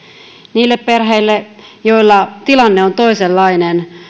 niille perheille joilla tilanne on toisenlainen